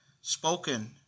spoken